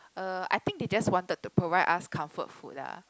uh I think they just wanted to provide us comfort food lah